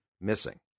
missing